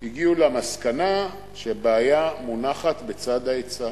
הגיעו למסקנה שהבעיה מונחת בצד ההיצע: